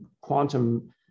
quantum